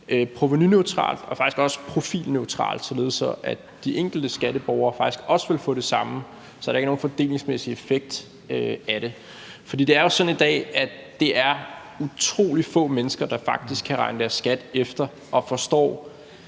provenuneutralt og faktisk også profilneutralt, således at de enkelte skatteborgere faktisk også vil få det samme, så der ikke er nogen fordelingsmæssig effekt af det. For det er jo sådan i dag, at der er utrolig få mennesker, der faktisk kan regne deres skat efter og forstår,